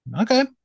Okay